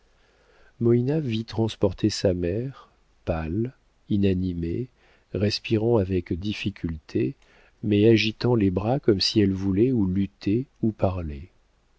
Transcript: vit transporter sa mère pâle inanimée respirant avec difficulté mais agitant les bras comme si elle voulait ou lutter ou parler